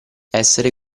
essere